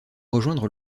rejoindre